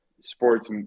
sports